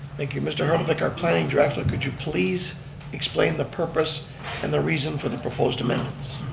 thank you. mr. herlovicher, our planning director, could you please explain the purpose and the reason for the proposed amendments.